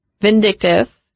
vindictive